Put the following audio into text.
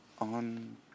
On